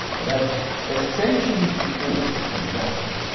but a century before exactly,